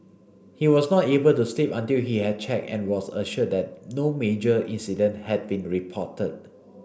he was not able to sleep until he had checked and was assured that no major incident had been reported